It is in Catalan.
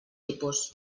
tipus